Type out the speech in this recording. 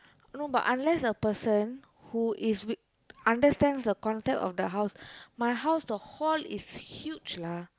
no but unless a person who is vi~ understands the concept of the house my house the hall is huge lah